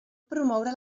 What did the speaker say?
promoure